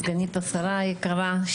סגנית השרה היקרה,